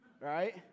right